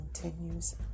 continues